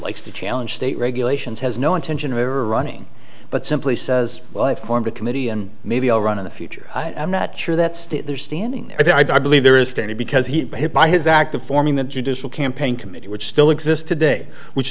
likes to challenge state regulations has no intention of ever running but simply says well i formed a committee and maybe i'll run in the future i'm not sure that they're standing there i believe there is standing because he had been hit by his act of forming the judicial campaign committee which still exist today which